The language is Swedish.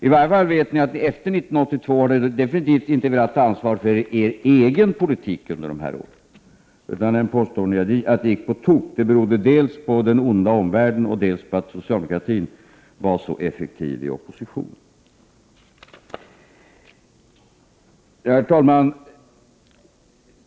I varje fall vet ni att efter 1982 har ni definitivt inte velat ta ansvar för er egen politik under de här åren. Ni påstår att detta att det gick på tok berodde dels på den onda omvärlden, dels på att socialdemokratin var så effektiv i opposition. Herr talman!